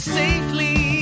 safely